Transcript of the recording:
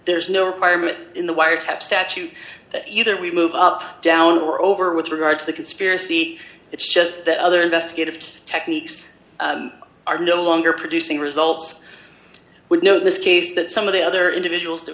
there is no requirement in the wiretap statute that either we move up down or over with regard to the conspiracy it's just that other investigative techniques are no longer producing results we know this case that some of the other individuals that